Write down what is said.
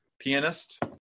Pianist